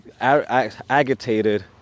agitated